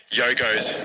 yogos